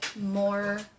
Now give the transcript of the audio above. more